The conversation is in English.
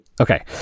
Okay